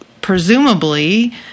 presumably